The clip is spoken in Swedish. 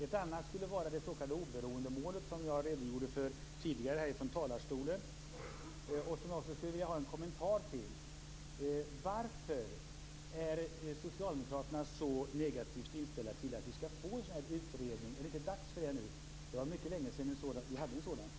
Ett annat skulle vara det s.k. oberoendemålet, som jag redogjorde för tidigare från talarstolen. Det skulle jag vilja ha en kommentar till. Varför är socialdemokraterna så negativt inställda till att vi skall få en utredning? Är det inte dags för det nu? Det var mycket länge sedan vi hade en sådan.